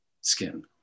skin